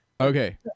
Okay